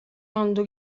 lądu